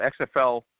XFL